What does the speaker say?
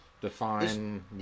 define